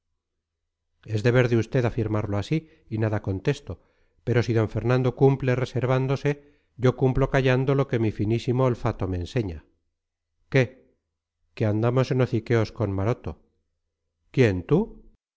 deber de usted afirmarlo así y nada contesto pero si d fernando cumple reservándose yo cumplo callando lo que mi finísimo olfato me enseña qué que andamos en hociqueos con maroto quién tú